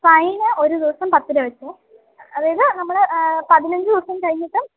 fine ഒരു ദിവസം പത്ത് രൂപ വെച്ച് അതായത് നമ്മള് പതിനഞ്ച് ദിവസം കഴിഞ്ഞിട്ട്